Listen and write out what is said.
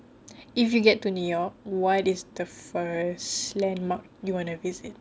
if you get to new york why this the first landmark you want to visit